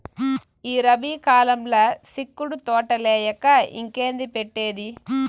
ఈ రబీ కాలంల సిక్కుడు తోటలేయక ఇంకేంది పెట్టేది